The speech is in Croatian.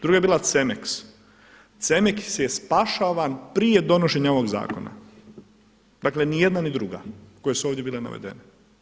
Druga je bila CEMEX, CEMEX je spašavan prije donošenja ovog zakona, dakle ni jedna ni druga koje su ovdje bile navedene.